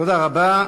תודה רבה.